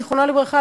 זיכרונה לברכה,